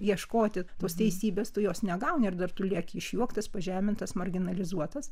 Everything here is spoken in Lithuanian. ieškoti tos teisybės tu jos negauni ir dar tu lieki išjuoktas pažemintas marginalizuotas